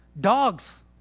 Dogs